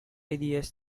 ideas